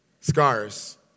scars